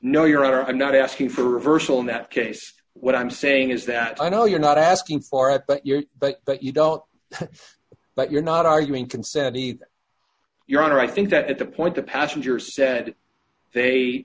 i'm not asking for a reversal in that case what i'm saying is that i know you're not asking for it but you're but but you don't but you're not arguing consent me your honor i think that at the point the passenger said they